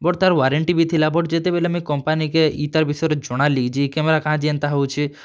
but ତା'ର warranty ବି ଥିଲା ବଟ୍ ଯେତେବେଲେ ମୁଁଇ କମ୍ପାନିକେ ଇତାର ବିଷୟରେ ଜଣାଲି ଯେ କ୍ୟାମେରା କାଁଯେ ଏନ୍ତା ହଉଛି